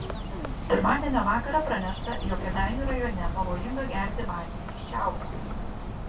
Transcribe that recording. pirmadienio vakarą pranešta jog kėdainių rajone pavojinga gerti vandenį iš čiaupo